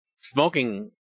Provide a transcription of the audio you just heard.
smoking